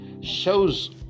shows